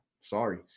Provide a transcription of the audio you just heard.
Sorry